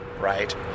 right